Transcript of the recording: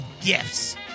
gifts